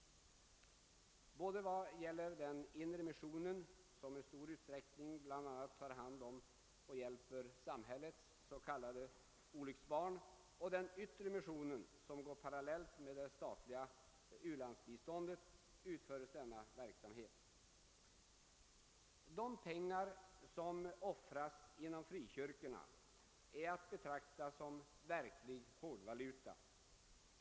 Både inom den inre missionen, som bl.a. i stor utsträckning har hand om och hjälper samhällets s.k. olycksbarn, och den yttre missionen, som går parallellt med det statliga u-landsbiståndet, utförs denna verksamhet. De pengar som offras inom frikyrkorna är att be trakta som verklig hårdvaluta.